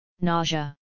Nausea